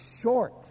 short